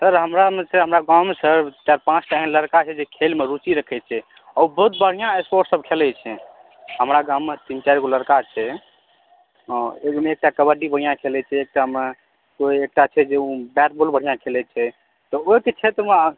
sir हमरा ने छै हमरा गाँवमे सर चारि पाँचटा एहन लड़का छै जे खेलमे रुचि रखै छै आ ओ बहुत बढ़िऑं स्पोर्ट्स सब खेलै छै हमरा गाममे तीन चारिगो लड़का छै एकटा कबड्डी बढ़िऑं खेलै छै एकटामे कोई एकटा छै जे ओ बैट बॉल बढ़िऑं खेलै छै तऽ ओहिके क्षेत्रमे जे छै